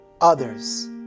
others